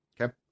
Okay